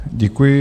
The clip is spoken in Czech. Děkuji.